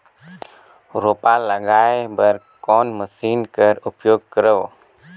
रोपा लगाय बर कोन मशीन कर उपयोग करव?